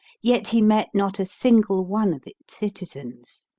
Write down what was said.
yet he met not a single one of its citizens.